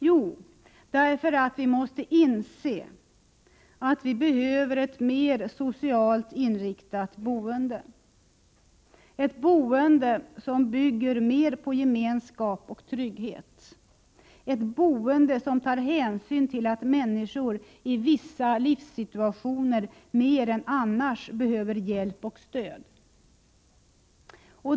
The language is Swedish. Jo, därför att vi måste inse att vi behöver ett mer socialt inriktat boende — ett boende som mera bygger på gemenskap och trygghet, ett boende som tar hänsyn till att människor i vissa livssituationer mer än annars behöver hjälp och stöd.